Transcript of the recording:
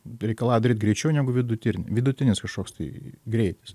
reikalauja daryt greičiau negu vidutir vidutinis kažkoks tai greitis